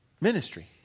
ministry